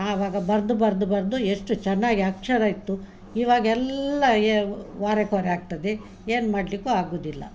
ಆವಾಗ ಬರೆದು ಬರೆದು ಬರೆದು ಎಷ್ಟು ಚೆನ್ನಾಗಿ ಅಕ್ಷರ ಇತ್ತು ಇವಾಗೆಲ್ಲ ವಾರೆ ಕೊರೆ ಆಗ್ತದೆ ಏನು ಮಾಡಲಿಕ್ಕೂ ಆಗುದಿಲ್ಲ